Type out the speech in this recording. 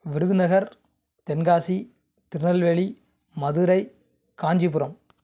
Virudhunagar Tenkasi Tirunelveli Madurai Kanchipuram